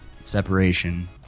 separation